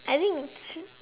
I think